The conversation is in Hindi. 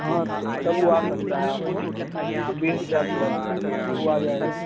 हाँ तो तब वो आ सकता है आपको बीस हजार प्लस ना तो वो आ जाएगा